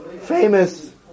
famous